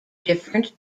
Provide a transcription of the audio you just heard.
different